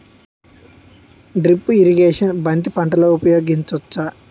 Drip irrigation బంతి పంటలో ఊపయోగించచ్చ?